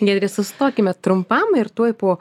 giedre sustokime trumpam ir tuoj po